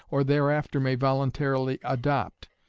or thereafter may voluntarily adopt,